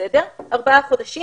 ארבעה חודשים.